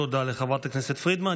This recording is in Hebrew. תודה לחברת הכנסת פרידמן.